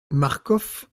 marcof